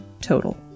total